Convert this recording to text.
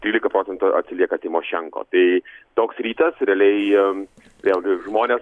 trylika procentų atsilieka tymošenko tai toks rytas realiai vėlgi žmonės